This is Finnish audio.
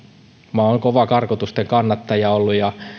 olen kova karkotusten kannattaja ollut